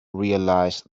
realise